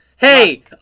Hey